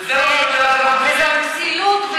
וזאת כסילות,